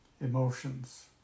emotions